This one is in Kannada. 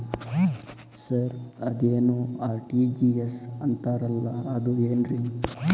ಸರ್ ಅದೇನು ಆರ್.ಟಿ.ಜಿ.ಎಸ್ ಅಂತಾರಲಾ ಅದು ಏನ್ರಿ?